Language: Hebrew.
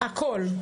הכל.